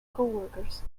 coworkers